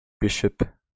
Bishop